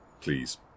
please